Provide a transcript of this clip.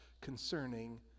concerning